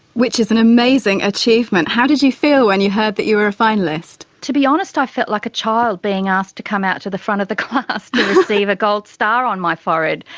which is an amazing achievement. how did you feel when you heard you were a finalist? to be honest i felt like a child being asked to come out to the front of the class to receive a gold star on my forehead.